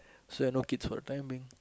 so I no kids for the time being